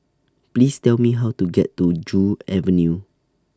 Please Tell Me How to get to Joo Avenue